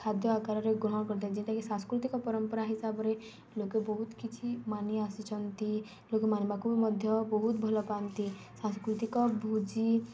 ଖାଦ୍ୟ ଆକାରରେ ଗ୍ରହଣ କରିଥାନ୍ତି ଯେନ୍ଟାକି ସାଂସ୍କୃତିକ ପରମ୍ପରା ହିସାବରେ ଲୋକେ ବହୁତ୍ କିଛି ମାନି ଆସିଛନ୍ତି ଲୋକ ମାନିବାକୁ ବି ମଧ୍ୟ ବହୁତ ଭଲପାଆନ୍ତି ସାଂସ୍କୃତିକ ଭୋଜି